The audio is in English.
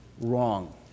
wrong